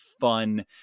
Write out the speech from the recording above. fun